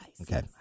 Okay